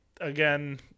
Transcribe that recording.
again